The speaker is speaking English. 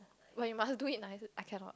but you must do it nicer I cannot